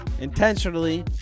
intentionally